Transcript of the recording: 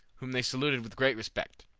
whom they saluted with great respect.